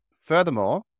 Furthermore